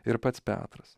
ir pats petras